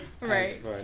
Right